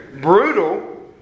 brutal